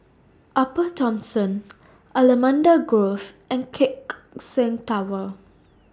Upper Thomson Allamanda Grove and Keck Seng Tower